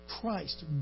Christ